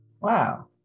Wow